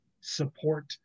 support